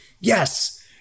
Yes